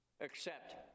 accept